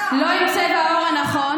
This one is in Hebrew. לא עם צבע העור הנכון.